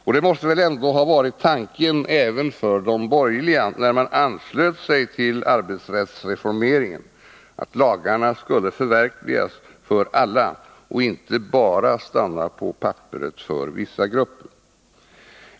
Och det måste väl ändå ha varit tanken även för de borgerliga när man anslöt sig till arbetsrättsreformeringen att lagarna skulle förverkligas för alla och inte bara stanna på papperet för vissa grupper.